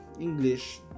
English